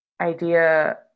idea